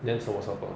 then 什么状况